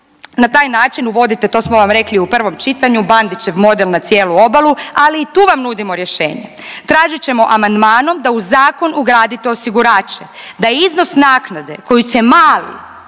na taj način uvodite, to smo vam rekli u prvom čitanju, Bandićev model na cijelu obalu, ali i tu vam nudimo rješenje. Tražit ćemo amandmanom da u zakon ugradite osigurače da iznos naknade koji će mali